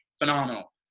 phenomenal